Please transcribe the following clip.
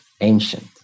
ancient